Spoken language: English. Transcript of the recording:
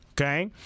okay